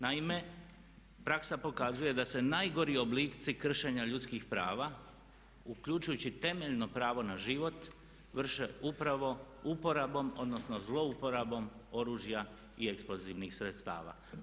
Naime, praksa pokazuje da se najgori oblici kršenja ljudskih prava uključujući temeljno pravo na život vrše upravo uporabom, odnosno zlouporabom oružja i eksplozivnih sredstava.